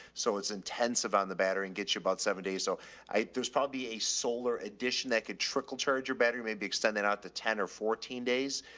so it's intensive on the battery and get you about seven days. so i, there's probably be a solar addition that could trickle charge. your battery may be extended out to ten or fourteen days,